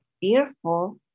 fearful